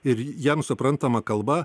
ir jam suprantama kalba